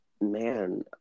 man